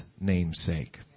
namesake